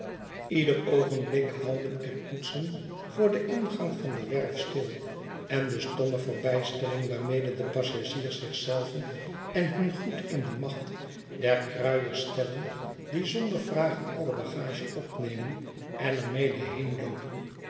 ieder oogenblik houden er koetsen voor den ingang van de werf stil en de stomme verbijstering waarmede de passagiers zich zelven en hun goed in de macht der kruiers stellen die zonder vragen alle bagage opnemen en er mede